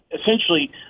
essentially